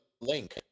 link